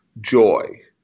joy